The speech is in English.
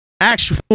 Actual